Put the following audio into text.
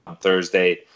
Thursday